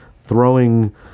throwing